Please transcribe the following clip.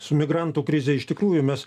su migrantų krize iš tikrųjų mes